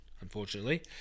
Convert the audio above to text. unfortunately